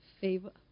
favor